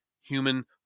human